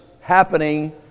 happening